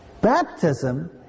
Baptism